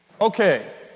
Okay